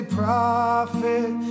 prophet